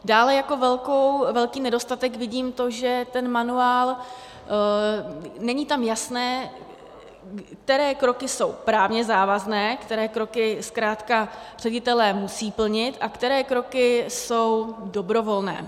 Dále jako velký nedostatek vidím to, že ten manuál, není tam jasné, které kroky jsou právně závazné, které kroky zkrátka ředitelé musí plnit a které kroky jsou dobrovolné.